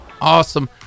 Awesome